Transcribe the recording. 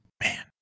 Man